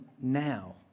now